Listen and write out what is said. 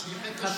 משגיחי כשרות,